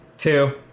Two